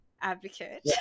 advocate